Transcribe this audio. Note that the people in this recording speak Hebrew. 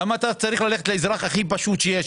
למה אתה צריך ללכת לאזרח הכי פשוט שיש,